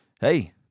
hey